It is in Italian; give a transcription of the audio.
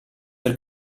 per